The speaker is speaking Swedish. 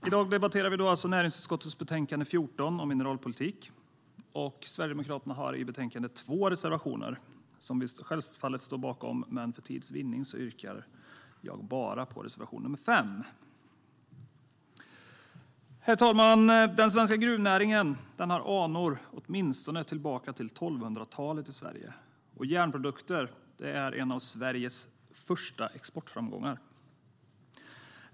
Herr talman! I dag debatterar vi näringsutskottets betänkande 14 om mineralpolitik. Sverigedemokraterna har i betänkandet två reservationer som vi självfallet står bakom, men för tids vinnande yrkar jag bifall bara till reservation nr 5.Herr talman! Den svenska gruvnäringen har anor åtminstone tillbaka till 1200-talet i Sverige, och järnprodukter är en av Sveriges första exportframgångar.